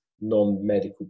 non-medical